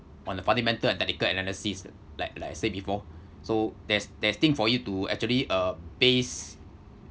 on the fundamental and technical analysis like like I say before so there's there's thing for you to actually uh base